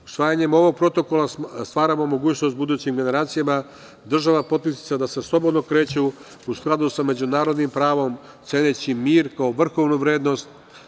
Usvajanjem ovog protokola stvaramo mogućnost budućim generacijama, država potpisnica, da se slobodno kreću u skladu sa međunarodnim pravom, ceneći mir kao vrhovnu vrednost.